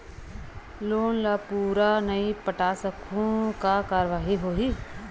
Loan ला पूरा नई पटा सकहुं का कारवाही होही?